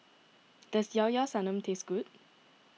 does Llao Llao Sanum taste good